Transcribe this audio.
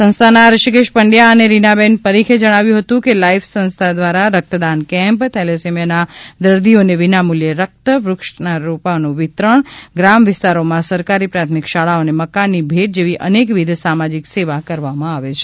સંસ્થાના ઋષિકેશ પંડ્યા અને રીનાબેન પરીખે જણાવ્યું હતું કે લાઇફ સંસ્થા દ્વારા રક્તદાન કેમ્પ થેલેસેમિયાના દર્દીઓને વિનામૂલ્યે રક્ત વૃક્ષના રોપાઓનું વિતરણ ગ્રામ વિસ્તારોમાં સરકારી પ્રાથમિક શાળાઓને મકાનની ભેટ જેવી અનેકવિધિ સામાજિક સેવા કરવામાં આવે છે